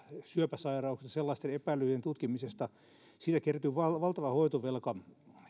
syöpäsairauksien ja sellaisten epäilyjen tutkimisesta siitä kertyy valtava hoitovelka